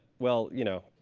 well, you know,